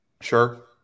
Sure